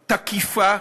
תקיפה,